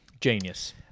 Genius